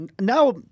now